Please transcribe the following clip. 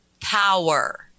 power